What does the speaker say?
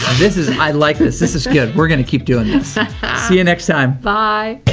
this is, i like this, this is good. we're gonna keep doing this. see you next time. bye.